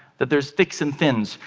that there's thicks and thins.